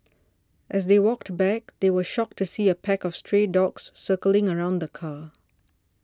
as they walked back they were shocked to see a pack of stray dogs circling around the car